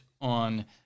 on